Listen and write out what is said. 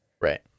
right